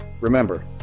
Remember